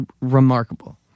remarkable